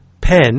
pen